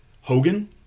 Hogan